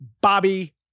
Bobby